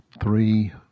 three